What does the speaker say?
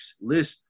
list